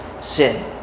sin